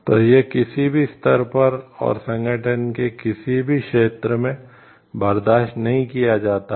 तो यह किसी भी स्तर पर और संगठन के किसी भी क्षेत्र में बर्दाश्त नहीं किया जाता है